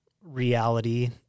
reality